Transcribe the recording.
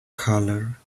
colour